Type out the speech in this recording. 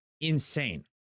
insane